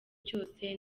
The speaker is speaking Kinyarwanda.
cyose